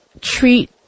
treat